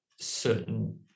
certain